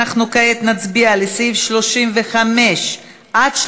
לכן אנחנו כעת נצביע על סעיפים 35 38,